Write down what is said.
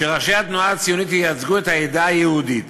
שראשי התנועה הציונית ייצגו את העדה היהודית